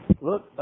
Look